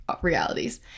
realities